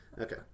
Okay